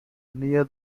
near